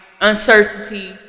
uncertainty